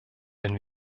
wenn